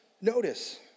Notice